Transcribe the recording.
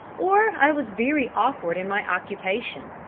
or i was very awkward in my occupation,